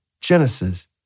Genesis